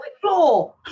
floor